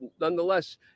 nonetheless